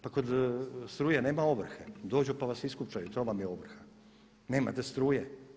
Pa kod struje nema ovrhe, dođu pa vas iskopčaju to vam je ovrha, nemate struje.